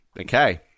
Okay